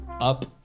up